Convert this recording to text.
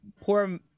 poor